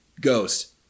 ghost